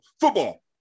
football